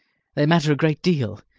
they matter a great deal.